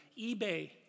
eBay